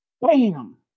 bam